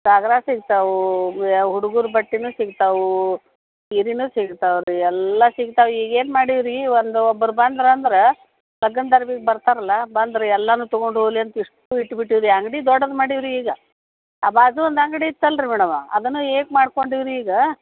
ಗಾಗ್ರಾ ಸಿಗ್ತಾವೆ ಯಾ ಹುಡುಗರ ಬಟ್ಟೆನು ಸಿಗ್ತಾವೆ ಸೀರೆನೂ ಸಿಗ್ತಾವೆ ರೀ ಎಲ್ಲ ಸಿಗ್ತಾವೆ ಈಗೇನು ಮಾಡೀವಿ ರೀ ಒಂದು ಒಬ್ರು ಬಂದ್ರು ಅಂದ್ರೆ ಲಗ್ಗನ್ದ ಅರ್ವಿಗೆ ಬರ್ತಾರಲ್ಲ ಬಂದರೆ ಎಲ್ಲಾನು ತಗೊಂಡು ಹೋಗಲಿ ಅಂತ ಇಷ್ಟು ಇಟ್ಟುಬಿಟ್ಟಿವ್ರಿ ಅಂಗಡಿ ದೊಡ್ಡದು ಮಾಡೀವಿ ರಿ ಈಗ ಆ ಬಾಜು ಒಂದು ಅಂಗಡಿ ಇತ್ತಲ್ಲ ರಿ ಮೇಡಮ ಅದನ್ನು ಏಕ್ ಮಾಡಿಕೊಂಡೀವ್ರಿ ಈಗ